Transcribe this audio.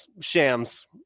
Shams